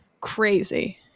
crazy